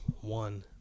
one